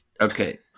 Okay